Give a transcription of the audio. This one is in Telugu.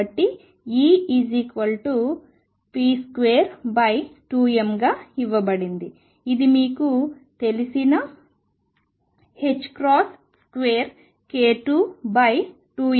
కాబట్టి E p22m గా ఇవ్వబడింది ఇది ఇప్పుడు మీకు తెలిసిన 2k22m